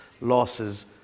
losses